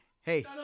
Hey